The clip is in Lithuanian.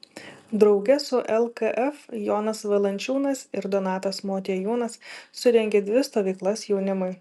drauge su lkf jonas valančiūnas ir donatas motiejūnas surengė dvi stovyklas jaunimui